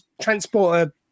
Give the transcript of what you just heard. transporter